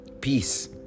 peace